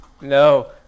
No